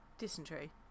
Dysentery